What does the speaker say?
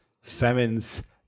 famines